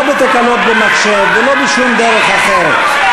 לא בתקלות במחשב ולא בשום דרך אחרת.